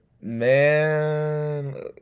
Man